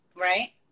right